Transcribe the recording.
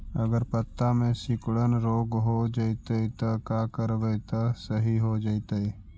अगर पत्ता में सिकुड़न रोग हो जैतै त का करबै त सहि हो जैतै?